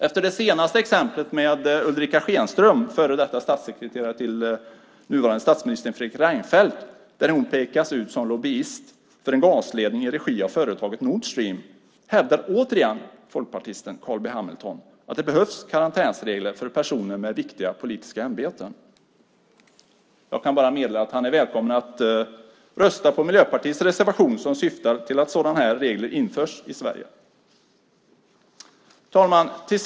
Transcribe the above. Efter det senaste exemplet med Ulrica Schenström, före detta statssekreterare till nuvarande statsministern Fredrik Reinfeldt som pekas ut som lobbyist för en gasledning i regi av företaget Nord Stream, hävdar återigen folkpartisten Carl B Hamilton att det behövs karantänsregler för personer med viktiga politiska ämbeten. Jag kan bara meddela att han är välkommen att rösta på Miljöpartiets reservation, som syftar till att sådana regler ska införas i Sverige. Fru talman!